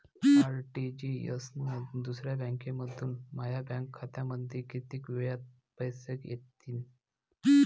RTGS न दुसऱ्या बँकेमंधून माया बँक खात्यामंधी कितीक वेळातं पैसे येतीनं?